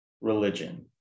religion